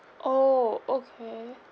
oh okay